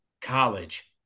college